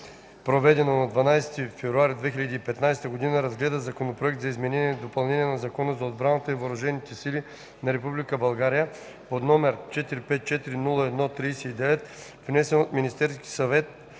проведено на 12 февруари 2015 г. разгледа Законопроект за изменение и допълнение на Закона за отбраната и въоръжените сили на Република България, № 454-01-39, внесен от Министерски съвет